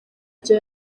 ibyo